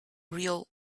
real